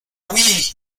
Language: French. oui